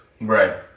Right